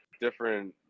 different